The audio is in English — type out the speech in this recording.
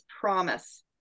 Promise